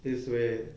this way